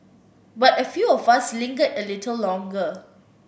but a few of us lingered a little longer